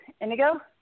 Indigo